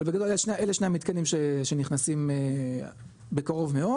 זאת אומרת בגדול אלה שני המתקנים שנכנסים בקרוב מאוד,